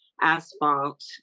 asphalt